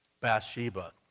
Bathsheba